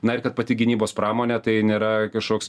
na ir kad pati gynybos pramonė tai nėra kažkoks